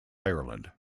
ireland